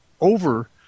over